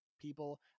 people